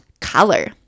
color